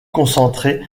concentrés